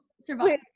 survive